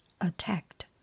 attacked